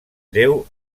déu